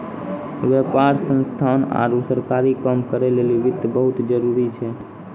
व्यापार संस्थान आरु सरकारी काम करै लेली वित्त बहुत जरुरी छै